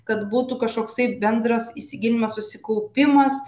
kad būtų kažkoksai bendras įsigilinimas susikaupimas